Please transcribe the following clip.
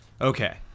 Okay